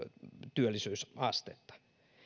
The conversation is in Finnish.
työllisyysastetta